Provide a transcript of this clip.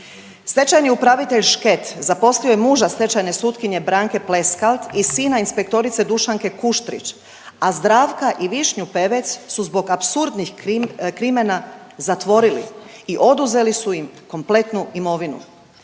Stečajni upravitelj Šket zaposlio je muža stečajne sutkinje Branke Pleskald i sina inspektorice Dušanke Kuštrić, a Zdravka i Višnju Pevec zbog apsurdnih krimena zatvorili i oduzeli su im kompletnu imovinu.